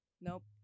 Nope